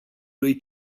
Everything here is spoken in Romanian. lui